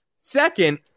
Second